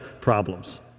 problems